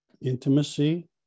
intimacy